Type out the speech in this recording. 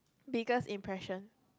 biggest impression